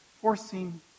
forcing